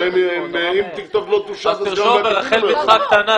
הרי אם תכתוב לא תושת --- אז תרשום ברחל בתך הקטנה,